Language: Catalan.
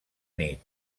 nit